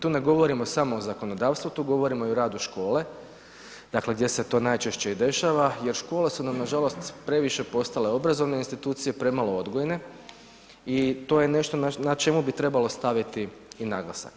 Tu ne govorimo samo o zakonodavstvu, tu govorimo i o radu škole, dakle gdje se to i najčešće dešava jer škole su nam nažalost previše postale obrazovne institucije, premalo odgojne i to je nešto na čemu bi trebalo staviti i naglasak.